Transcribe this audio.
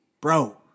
Bro